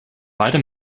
beide